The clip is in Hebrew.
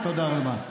תודה רבה.